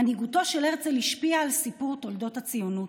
מנהיגותו של הרצל השפיעה על סיפור תולדות הציונות,